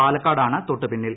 പാലക്കാടാണ് തൊട്ടുപിന്നിൽ